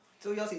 so yours is